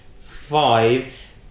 five